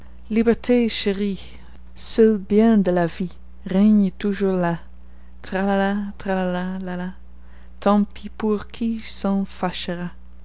tijd toe te